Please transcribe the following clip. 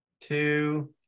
two